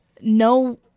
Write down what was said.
no